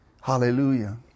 Hallelujah